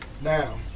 Now